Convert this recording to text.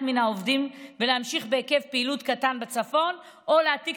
מן העובדים ולהמשיך בהיקף פעילות קטן בצפון או להעתיק